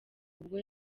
ubwo